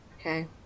okay